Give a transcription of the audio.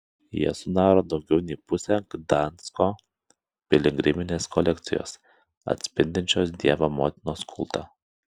jie sudaro daugiau nei pusę gdansko piligriminės kolekcijos atspindinčios dievo motinos kultą